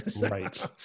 Right